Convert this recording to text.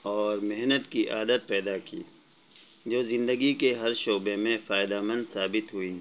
اور محنت کی عادت پیدا کی جو زندگی کے ہر شعبے میں فائدہ مند ثابت ہوئیں